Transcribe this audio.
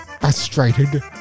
Frustrated